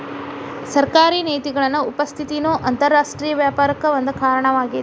ಸರ್ಕಾರಿ ನೇತಿಗಳ ಉಪಸ್ಥಿತಿನೂ ಅಂತರರಾಷ್ಟ್ರೇಯ ವ್ಯಾಪಾರಕ್ಕ ಒಂದ ಕಾರಣವಾಗೇತಿ